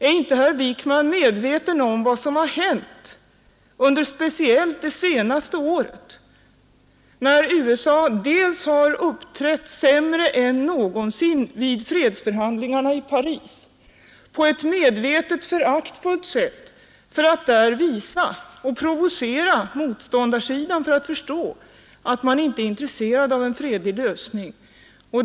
Är inte herr Wijkman medveten om vad som har hänt under speciellt det senaste året, när USA har uppträtt sämre än någonsin vid fredsförhandlingarna i Paris, på ett medvetet föraktfullt sätt för att där provocera motståndarsidan och visa att man inte är intresserad av en fredlig lösning?